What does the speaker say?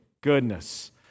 goodness